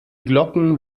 glocken